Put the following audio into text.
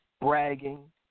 bragging